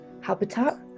habitat